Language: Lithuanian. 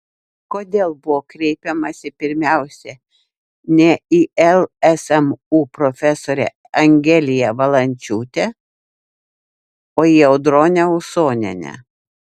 kodėl buvo kreipiamasi pirmiausia ne į lsmu profesorę angeliją valančiūtę o į audronę usonienę